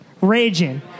raging